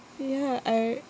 ya I